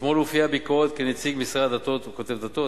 "אתמול הופיעה ביקורת כנציגי משרד הדתות" הוא כותב דתות,